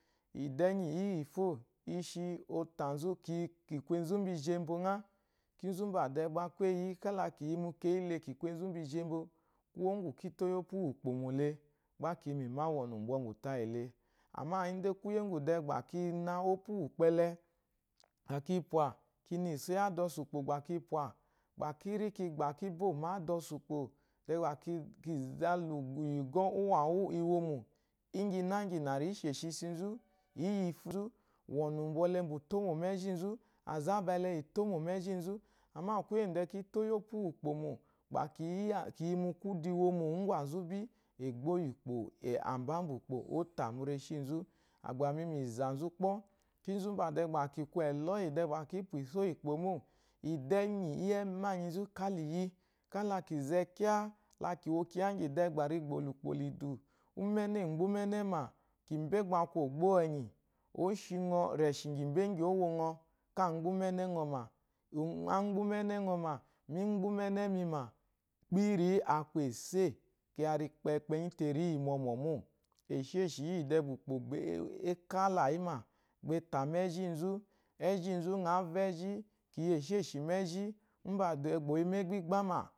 Edu enyi iyifo ishi otansukiku enzu mu ijimbo ngha, kinzu bakwɔ kwala ki yi kmu iyimbo ngha, kinzu ba kwɔ kwala ki yi mu keyile, ki kun mubi jimbo, kuwo ngu ki to yi opu ukpo mo le, gba kiyi wɔnu bɔmbu tayil idai kuye ngu de gba kina opu ukpo ele ba ki pwa kina iso iyi adaosu ukpa baki pwa, ba kiri ba kimbo mo adaosu ukpo teba kizala ugwɔ uwanwuiwono nyinangyina risheshi eshimzu iyifu, wonu bwole etombi mo mu ejenzu alaba le efomo mu ejinzuamma ide kioto iiyi opu uwu ukpomo ba kiyu kudu womo iyanzyu bi amba umbukpo otamu reshinzu mi agba miyi zansu kpo, kinzu bade ba ki kun eloyi ba kina iso iyi ukpo mko iduenyi iyi emebyinzukaliya la kize kya la kiwo kya yi de ba li gboridu iyi ukpo umene agbe umenema mbe bwɔ akun ogbo enyi oshi reshi rembe bwɔ owongɔ ka gbe umene ngha ngn gbe umenengha mi gbe umenemi ma kpiri yi esey kiya ri kpenyi te riyi mɔmɔ mo. esheshi meji de gba oyi mu egba igbama.